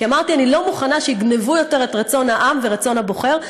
כי אמרתי: אני לא מוכנה שיגנבו יותר את רצון העם ורצון הבוחר,